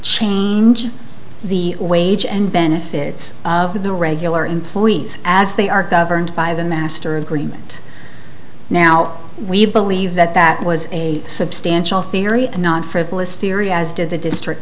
change the wage and benefits of the regular employees as they are governed by the master agreement now we believe that that was a substantial theory not frivolous theory as did the district